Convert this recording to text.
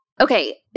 Okay